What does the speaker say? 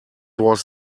was